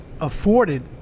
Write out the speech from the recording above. afforded